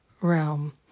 realm